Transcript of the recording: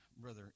Brother